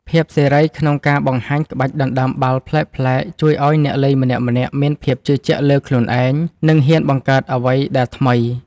ភាពសេរីក្នុងការបង្ហាញក្បាច់ដណ្តើមបាល់ប្លែកៗជួយឱ្យអ្នកលេងម្នាក់ៗមានភាពជឿជាក់លើខ្លួនឯង និងហ៊ានបង្កើតអ្វីដែលថ្មី។